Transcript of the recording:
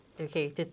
okay